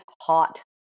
hot